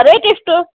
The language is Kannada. ರೇಟ್ ಎಷ್ಟು